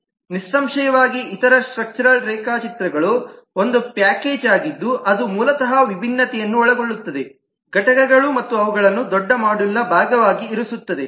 ನಿಸ್ಸಂಶಯವಾಗಿ ಇತರ ಸ್ಟ್ರಕ್ಚರ್ ರೇಖಾಚಿತ್ರಗಳು ಒಂದು ಪ್ಯಾಕೇಜ್ ಆಗಿದ್ದು ಅದು ಮೂಲತಃ ವಿಭಿನ್ನತೆಯನ್ನು ಒಳಗೊಳ್ಳುತ್ತದೆ ಘಟಕಗಳು ಮತ್ತು ಅವುಗಳನ್ನು ದೊಡ್ಡ ಮಾಡ್ಯೂಲ್ನ ಭಾಗವಾಗಿ ಇರಿಸುತ್ತದೆ